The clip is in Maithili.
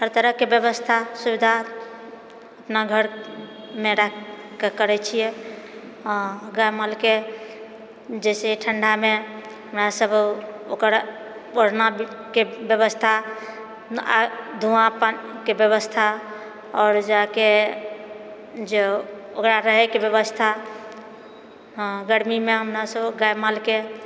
हरतरहकेँ व्यवस्था सुविधा अपना घरमे राखिके करैत छिए आ गायमालके जे छै ठण्डामे ओएह सब ओकर ओढ़नाके व्यवस्था आ धुआँपनके व्यवस्था आओर जाकऽ जँ ओकरा रहैके व्यवस्था हँ गर्मीमे हमरासब गायमालके